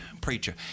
preacher